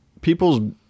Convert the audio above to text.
people's